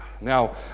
Now